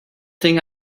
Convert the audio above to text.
thing